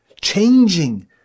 changing